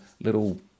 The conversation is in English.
little